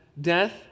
death